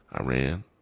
Iran